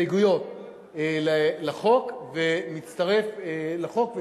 ההסתייגויות לחוק ומצטרף לחוק.